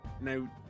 now